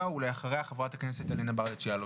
ולאחריה חברת הכנסת אלינה ברץ' יאלוב.